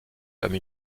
comme